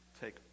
take